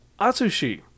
Atsushi